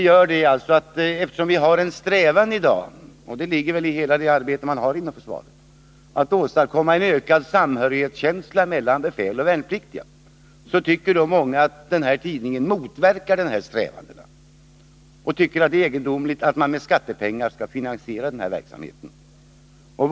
Vi har i dag en strävan — det ligger i hela det arbete som utförs inom försvaret — att åstadkomma en ökad samhörighetskänsla mellan befäl och värnpliktiga, och många tycker att den här tidningen motverkar dessa strävanden och finner det egendomligt att verksamheten finansieras med skattepengar.